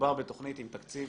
מדובר בתכנית עם תקציב